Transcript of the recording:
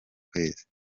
kwezi